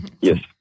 Yes